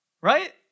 right